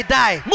die